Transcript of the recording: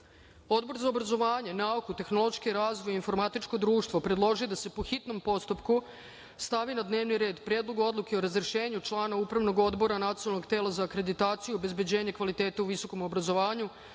za obrazovanje, nauku, tehnološki razvoj i informatičko društvo predložio je da se, po hitnom postupku, stavi na dnevni red Predlog odluke o razrešenju člana Upravnog odbora Nacionalnog tela za akreditaciju i obezbeđenje kvaliteta u visokom obrazovanju,